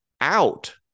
out